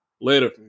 Later